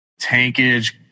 tankage